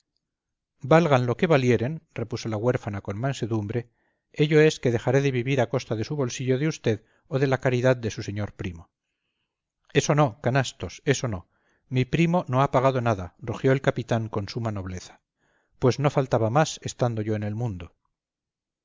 valgan lo que valieren repuso la huérfana con mansedumbre ello es que dejaré de vivir a costa de su bolsillo de usted o de la caridad de su señor primo eso no canastos eso no mi primo no ha pagado nada rugió el capitán con suma nobleza pues no faltaba más estando yo en el mundo